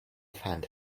find